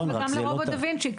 וגם לרובוט דה וינצ'י.